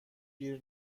گیر